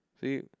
See